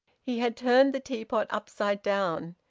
he had turned the teapot upside down.